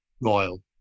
royal